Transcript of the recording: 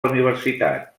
universitat